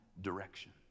direction